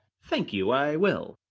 thank you, i will.